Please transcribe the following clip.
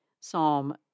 Psalm